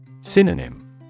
Synonym